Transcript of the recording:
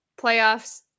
playoffs